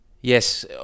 Yes